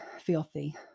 filthy